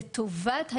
לטובת היישוב,